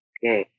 Okay